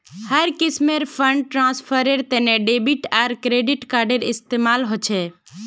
हर किस्मेर फंड ट्रांस्फरेर तने डेबिट आर क्रेडिट कार्डेर इस्तेमाल ह छे